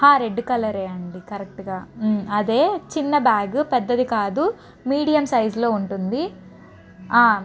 red కలరే అండి కరెక్ట్గా అదే చిన్న బ్యాగ్ పెద్దది కాదు మీడియం సైజులో ఉంటుంది